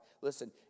Listen